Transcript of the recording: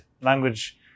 language